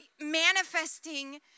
manifesting